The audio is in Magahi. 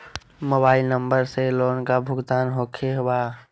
मोबाइल नंबर से लोन का भुगतान होखे बा?